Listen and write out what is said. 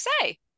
say